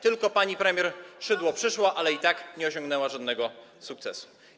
tylko pani premier Szydło przyszła, ale i tak nie osiągnęła żadnego sukcesu.